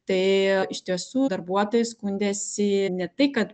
tai iš tiesų darbuotojai skundėsi ne tai kad